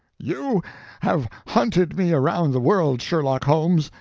you have hunted me around the world, sherlock holmes,